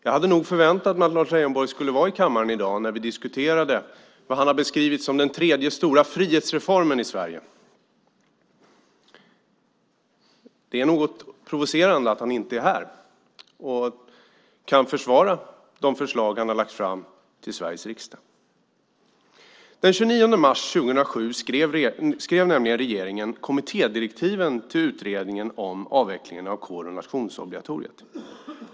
Jag hade förväntat mig att Lars Leijonborg skulle vara i kammaren i dag när vi diskuterar det som han har beskrivit som den tredje stora frihetsreformen i Sverige. Det är något provocerande att han inte är här och försvarar de förslag som han har lagt fram för Sveriges riksdag. Den 29 mars 2007 skrev nämligen regeringen kommittédirektiven till utredningen om avvecklingen av kår och nationsobligatoriet.